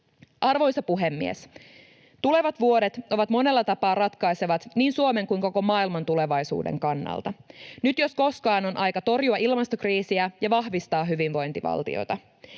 Arvoisa puhemies! Tulevat vuodet ovat monella tapaa ratkaisevat niin Suomen kuin koko maailman tulevaisuuden kannalta. Nyt jos koskaan on aika torjua ilmastokriisiä ja vahvistaa hyvinvointivaltiota.